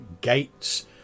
gates